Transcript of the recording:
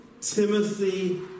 Timothy